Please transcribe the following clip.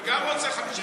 גם אני רוצה 50 דקות.